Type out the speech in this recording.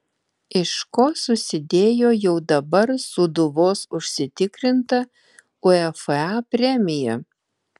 iš ko susidėjo jau dabar sūduvos užsitikrinta uefa premija